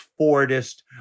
Fordist